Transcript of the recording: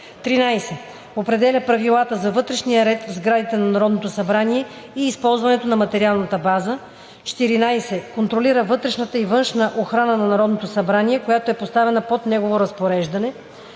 13. определя правилата за вътрешния ред в сградите на Народното събрание и използването на материалната база; 14. контролира вътрешната и външната охрана на Народното събрание, която е поставена под негово разпореждане;